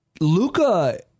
Luca